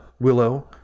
willow